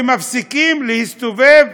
שמפסיקים להסתובב,